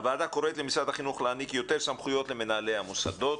הוועדה קוראת למשרד החינוך להעניק יותר סמכויות למנהלי המוסדות.